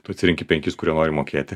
tu atsirenki penkis kurie nori mokėti